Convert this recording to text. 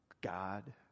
God